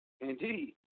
Indeed